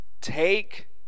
Take